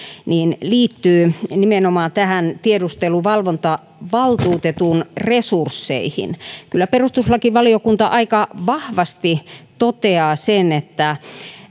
liittyy nimenomaan tiedusteluvalvontavaltuutetun resursseihin kyllä perustuslakivaliokunta aika vahvasti toteaa sen että